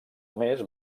més